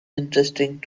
interesting